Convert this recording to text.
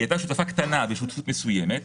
היא הייתה שותפה קטנה בשותפות מסוימת,